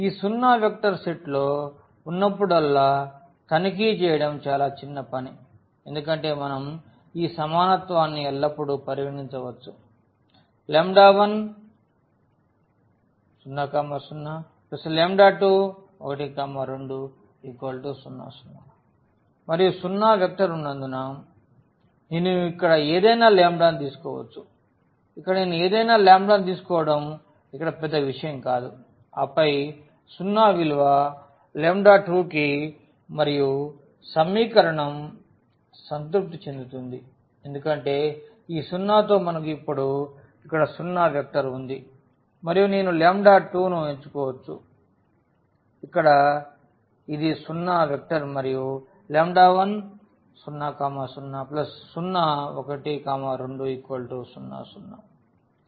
ఈ సున్నా వెక్టర్ సెట్లో ఉన్నప్పుడల్లా తనిఖీ చేయడం చాలా చిన్న పని ఎందుకంటే మనం ఈ సమానత్వాన్ని ఎల్లప్పుడూ పరిగణించవచ్చు 10 021 2 0 0 మరియు సున్నా వెక్టర్ ఉన్నందున నేను ఇక్కడ ఏదైనా లాంబ్డాను తీసుకోవచ్చు ఇక్కడ నేను ఏదైనా లాంబ్డాను తీసుకోవటం ఇక్కడ పెద్ద విషయం కాదు ఆపై 0 విలువ 2 కి మరియు సమీకరణం సంతృప్తి చెందుతుంది ఎందుకంటే ఈ 0 తో మనకు ఇప్పుడు ఇక్కడ సున్నా వెక్టర్ ఉంది మరియు నేను ను ఎంచుకోవచ్చు ఇంకా ఇది సున్నా వెక్టర్ మరియు 10 001 20 0